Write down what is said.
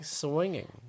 swinging